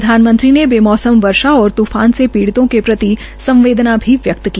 प्रधानमंत्रीने बे मौसम वर्षा और तूफान से पीडि़्तों को प्रति संवेदना भी व्यक्त की